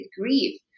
grief